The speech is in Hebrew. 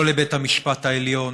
לא לבית המשפט העליון,